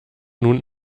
nun